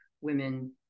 women